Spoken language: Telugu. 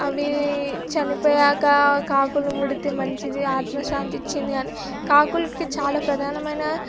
అవీ చనిపోయాక కాకులు ముడితే మంచిది ఆత్మ శాంతిస్తుందని కాకులకి చాలా ప్రధానమైన